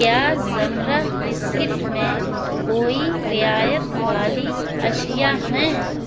کیا زمرہ بسکٹ میں کوئی رعایت والی اشیاء ہیں